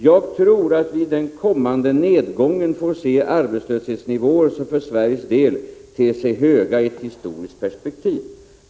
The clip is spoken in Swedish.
Jag tror att vi i den kommande nedgången får se arbetslöshetsnivåer som för Sverige ter sig höga i ett historiskt perspektiv.